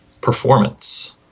performance